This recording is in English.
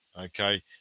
okay